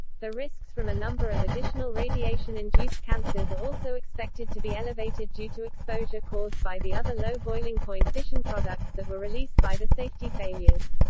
the risks from a number of additional radiation-induced cancers are also expected to be elevated due to exposure caused by the other low boiling point fission products that were released by the safety failures.